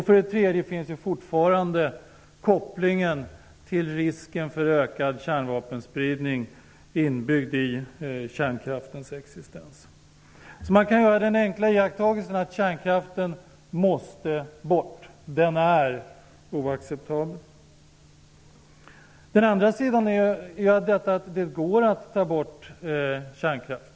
För det tredje finns fortfarande kopplingen till risken för ökad kärnvapenspridning inbyggd i kärnkraftens existens. Så man kan göra den enkla iakttagelsen att kärnkraften måste bort. Den är oacceptabel. Den andra sidan av detta är att det går att ta bort kärnkraften.